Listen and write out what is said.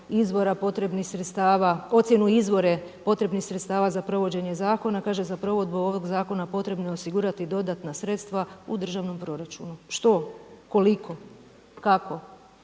potrebnih sredstava za provođenje zakona, kaže, za provedbu ovog zakona potrebno je osigurati dodatna sredstva u državnom proračunu. Što? Koliko? Kako?